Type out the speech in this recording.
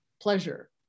pleasure